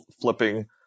flipping